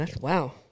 Wow